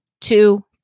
two